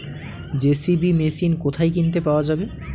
JCB machine কোথায় কিনতে পাওয়া যাবে?